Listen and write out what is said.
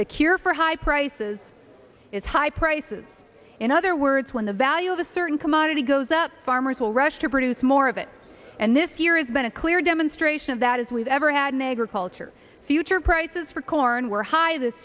the cure for high prices is high prices in other words when the value of a certain commodity goes up farmers will rush to produce more of it and this year it's been a clear demonstration of that as we've ever had an agriculture future prices for corn were high this